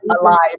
alive